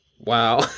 Wow